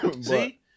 See